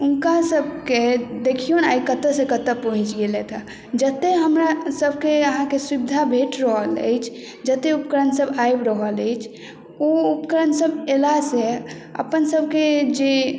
तऽ हुनकासभके देखियौन आइ कतयसँ कतय पहुँच गेलथिए जतेक हमरासभके अहाँके सुविधा भेट रहल अछि जतेक उपकरणसभ आबि रहल अछि ओ उपकरणसभ अयलासँ अपनसभके जे